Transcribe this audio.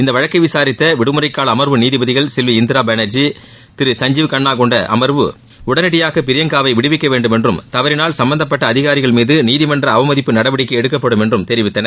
இந்த வழக்கை விசாரித்த விடுமுறைகால அமர்வு நீதிபதிகள் செல்வி இந்திரா பானர்ஜி சஞ்சீவ் கண்ணா கொண்ட அமர்வு உடனடியாக பிரயங்காவை விடுவிக்கவேண்டும் என்றும் தவறினால் சும்பந்தப்பட்ட அதிகாரிகள் மீது நீதிமன்ற அவமதிப்பு நடவடிக்கை எடுக்கப்படும் என்று தெரிவித்தனர்